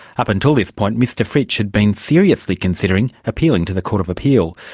up until this point mr fritsch had been seriously considering appealing to the court of appeal,